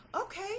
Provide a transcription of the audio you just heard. okay